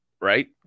right